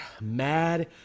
mad